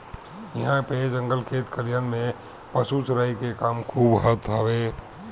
इहां पे जंगल खेत खलिहान में पशु चराई के काम खूब होत हवे